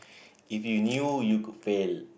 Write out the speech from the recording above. if you knew you could fail